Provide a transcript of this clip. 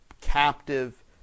captive